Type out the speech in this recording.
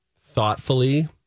thoughtfully